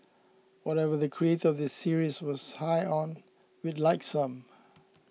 whatever the creator of this series was high on we'd like some